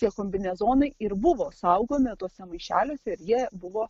tie kombinezonai ir buvo saugomi tuose maišeliuose ir jie buvo